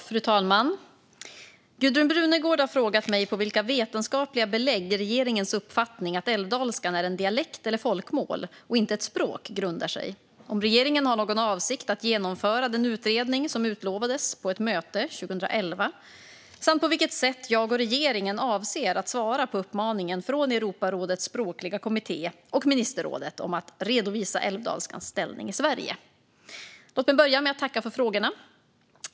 Fru talman! Gudrun Brunegård har frågat mig på vilka vetenskapliga belägg regeringens uppfattning att älvdalskan är en dialekt eller ett folkmål och inte ett språk grundar sig, om regeringen har någon avsikt att genomföra den utredning som utlovades på ett möte 2011 och på vilket sätt jag och regeringen avser att svara på uppmaningen från Europarådets språkliga kommitté och ministerrådet om att redovisa älvdalskans ställning i Sverige. Låt mig börja med att tacka för frågorna.